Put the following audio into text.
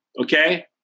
Okay